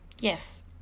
yes